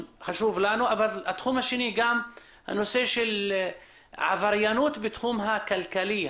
התחום השני החשוב זה נושא העבריינות בתחום הכלכלי.